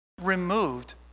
removed